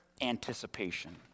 anticipation